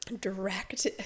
Direct